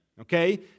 Okay